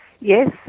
Yes